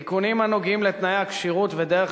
תיקונים הנוגעים בתנאי הכשירות ודרך